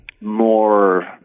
more